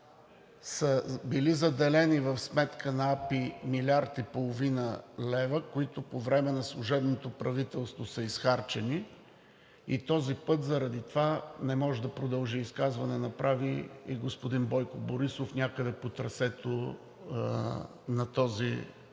са били заделени в сметка на АПИ милиард и половина лева, които по време на служебното правителство са изхарчени, и заради това този път не може да продължи. Изказване направи и господин Бойко Борисов някъде по трасето на този път.